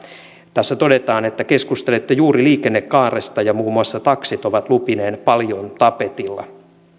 tässä todetaan keskustelette juuri liikennekaaresta ja muun muassa taksit ovat lupineen paljon tapetilla